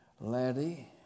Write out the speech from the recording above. Laddie